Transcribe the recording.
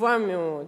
טובה מאוד,